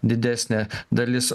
didesnė dalis